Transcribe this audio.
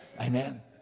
Amen